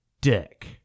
dick